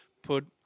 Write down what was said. put